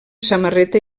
samarreta